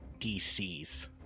DCs